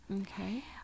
Okay